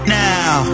now